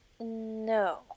No